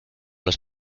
los